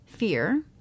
fear